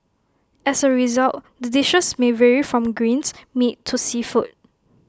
as A result the dishes may vary from greens meat to seafood